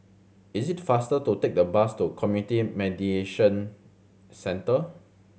is it faster to take the bus to Community Mediation Centre